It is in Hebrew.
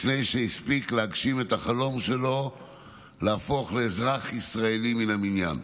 לפני שהספיק להגשים את החלום שלו להפוך לאזרח ישראלי מן המניין.